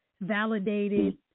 validated